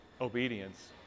obedience